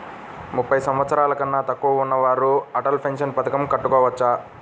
ముప్పై సంవత్సరాలకన్నా తక్కువ ఉన్నవారు అటల్ పెన్షన్ పథకం కట్టుకోవచ్చా?